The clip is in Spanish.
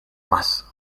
más